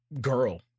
girl